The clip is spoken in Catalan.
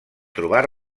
trobar